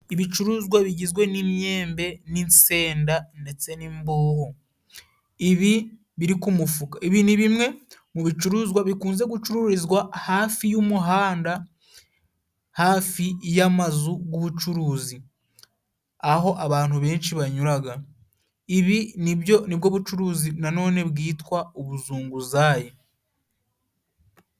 Ibicuruzwa bigizwe n'imyembe, n'insenda ndetse n' imbuhu. Ibi biri ku mufuka , ibi ni bimwe mu bicuruzwa bikunze gucururizwa hafi y'umuhanda ,hafi y'amazu g'ubucuruzi aho abantu benshi banyuraga . Ibi nibyo nibwo bucuruzi na none bwitwa ubuzunguzayi.